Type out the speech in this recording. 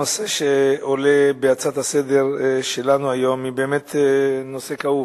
הנושא שעולה בהצעה לסדר-היום שלנו היום הוא באמת נושא כאוב.